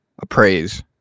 appraise